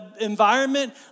environment